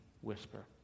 whisper